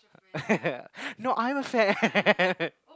no I'm a fan